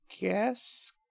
guess